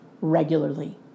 regularly